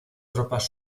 tropas